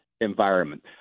environment